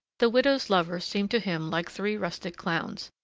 the widow's lovers seemed to him like three rustic clowns.